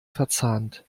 verzahnt